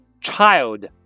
child